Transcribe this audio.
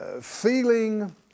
feeling